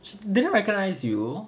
she didn't recognise you